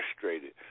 frustrated